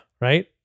right